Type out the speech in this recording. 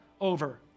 over